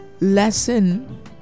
lesson